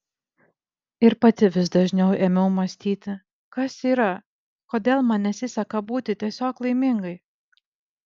ir pati vis dažniau ėmiau mąstyti kas yra kodėl man nesiseka būti tiesiog laimingai